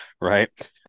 right